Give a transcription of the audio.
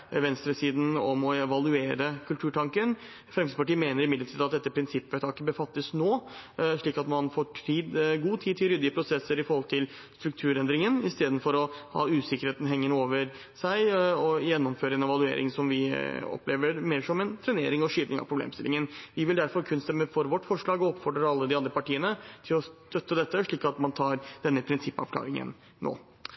venstresiden om å evaluere Kulturtanken. Fremskrittspartiet mener imidlertid at dette prinsippvedtaket bør fattes nå, slik at man får god tid til ryddige prosesser i kulturendringen, istedenfor å ha usikkerheten hengende over seg og gjennomføre en evaluering som vi opplever mer som en trenering og forskyvning av problemstillingen. Vi vil derfor kun stemme for vårt forslag, og oppfordrer alle de andre partiene til å støtte dette, slik at man tar